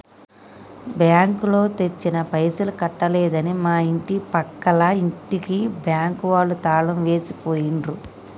బ్యాంకులో తెచ్చిన పైసలు కట్టలేదని మా ఇంటి పక్కల ఇంటికి బ్యాంకు వాళ్ళు తాళం వేసి పోయిండ్రు